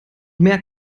mehr